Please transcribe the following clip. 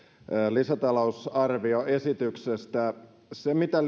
lisätalousarvioesityksestä se mitä